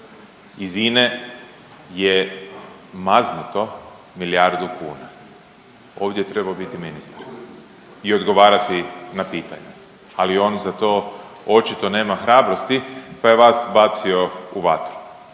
iz INA-e je maznuto milijardu kuna, ovdje je trebao biti ministar i odgovarati na pitanja, ali on za to očito nema hrabrosti, pa je vas bacio u vatru,